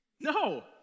No